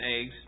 eggs